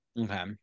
Okay